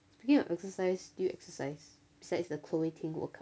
speaking of exercise do you exercise besides the chloe ting work out